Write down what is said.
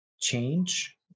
change